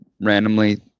randomly